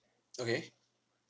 okay